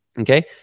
Okay